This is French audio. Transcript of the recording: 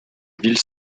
ville